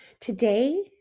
Today